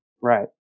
Right